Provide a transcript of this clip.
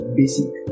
basic